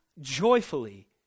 joyfully